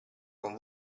con